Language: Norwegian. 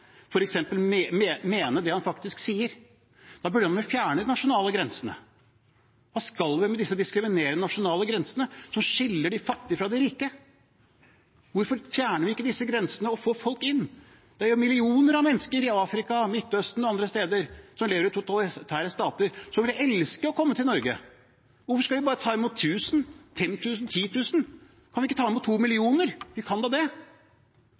det han faktisk sier, burde han vel fjernet de nasjonale grensene. Hva skal vi med disse diskriminerende nasjonale grensene som skiller de fattige fra de rike? Hvorfor fjerner vi ikke disse grensene og får folk inn? Det er jo millioner av mennesker i Afrika, Midtøsten og andre steder som lever i totalitære stater, og som ville elsket å komme til Norge. Og hvorfor skal vi bare ta imot 1 000, 5 000 eller 10 000? Kan vi ikke ta imot 2 millioner? Vi kan da det?